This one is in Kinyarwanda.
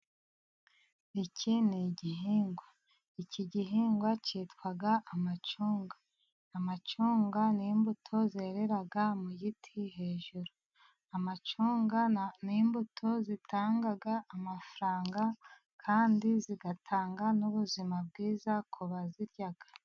Ike ni igihingwa, iki gihingwa cyitwa amacunga, amacunga ni imbuto zerera mu giti hejuru, amacunga ni imbuto zitanga amafaranga kandi zigatanga nub'ubuzima bwiza ku bazirya.